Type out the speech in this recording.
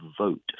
vote